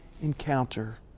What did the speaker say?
encounter